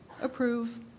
approve